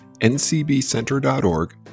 ncbcenter.org